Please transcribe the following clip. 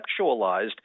conceptualized